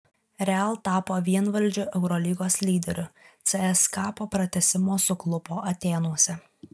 real tapo vienvaldžiu eurolygos lyderiu cska po pratęsimo suklupo atėnuose